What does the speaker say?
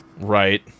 Right